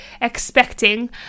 expecting